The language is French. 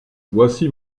voici